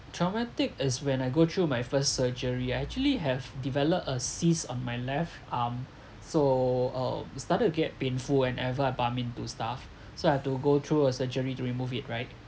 traumatic as when I go through my first surgery I actually have developed a cyst on my left arm so uh started to get painful whenever I bump into stuff so I have to go through a surgery to remove it right